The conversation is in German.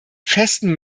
festen